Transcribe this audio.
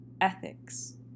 ethics